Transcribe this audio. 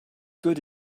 good